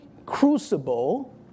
crucible